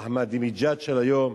זה אחמדינג'אד של היום,